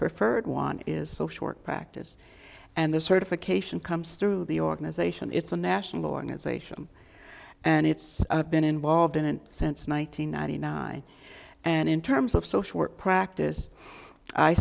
preferred want is so short practice and the certification comes through the organization it's a national organization and it's been involved in it since one nine hundred ninety nine and in terms of social work practice i